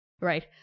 Right